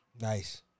Nice